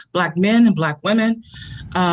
black men and black women,